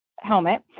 helmet